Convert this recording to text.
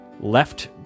left